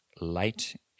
light